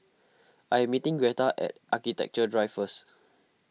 I am meeting Gretta at Architecture Drive first